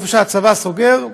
במקום שהצבא סוגר,